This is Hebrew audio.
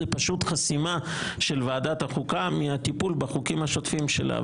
אלא פשוט בחסימה של ועדת החוקה מטיפול בחוקים השוטפים שלה.